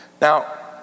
Now